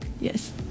yes